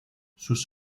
sus